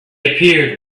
appeared